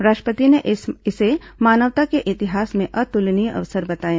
राष्ट्रपति ने इसे मानवता के इतिहास में अतुलनीय अवसर बताया